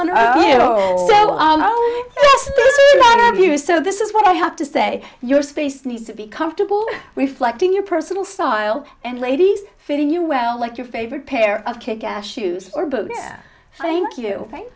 you so this is what i have to say your space needs to be comfortable reflecting your personal style and ladies fitting you well like your favorite pair of shoes or boots i think you think